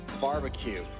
Barbecue